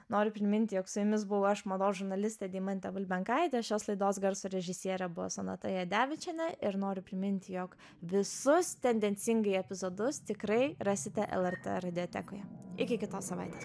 noriu priminti jog su jumis buvau aš mados žurnalistė deimantė bulbenkaitė šios laidos garso režisierė buvo sonata jadevičienė ir noriu priminti jog visus tendencingai epizodus tikrai rasite lrt radiotekoje iki kitos savaitės